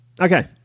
Okay